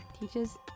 Teaches